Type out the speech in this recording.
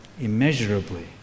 immeasurably